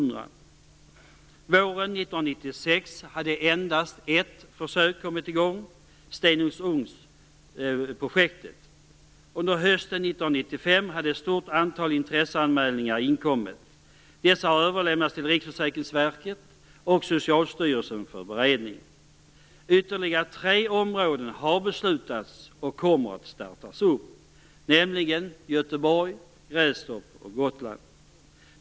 Våren 1996 hade endast ett försök kommit i gång - Stenungsundsprojektet. Under hösten 1995 hade ett stort antal intresseanmälningar inkommit. Dessa har överlämnats till Riksförsäkringsverket och Socialstyrelsen för beredning. För ytterligare tre områden har besluten fattats och försöksverksamhet kommer att startas, nämligen Göteborg, Grästorp och Gotland.